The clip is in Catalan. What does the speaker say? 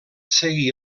seguí